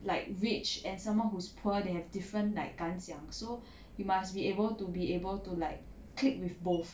like rich and someone who's poor they have different like 感想 so you must be able to be able to like click with both